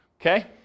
Okay